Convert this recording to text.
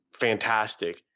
fantastic